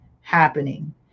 happening